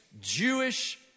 Jewish